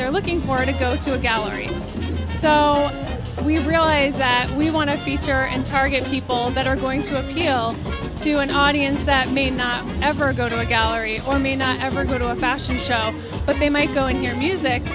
they're looking for to go to a gallery so we realize that we want to feature and target people that are going to appeal to an audience that may not ever go to a gallery or may not ever go to a fashion show but they make you and your music